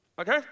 Okay